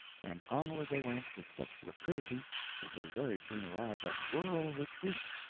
and onward they went, with such rapidity that they very soon arrived at rural retreat,